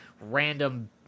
random